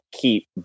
keep